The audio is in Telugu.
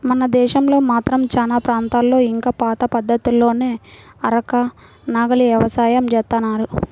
మన దేశంలో మాత్రం చానా ప్రాంతాల్లో ఇంకా పాత పద్ధతుల్లోనే అరక, నాగలి యవసాయం జేత్తన్నారు